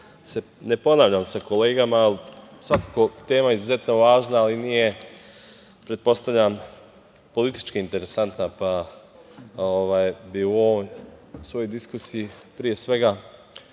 ne ponavljam sa kolegama. Svakako je tema izuzetno važna, ali nije pretpostavljam politički interesantna, i u ovoj svojoj diskusiji pre svega